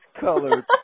colored